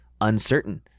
uncertain